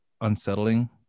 unsettling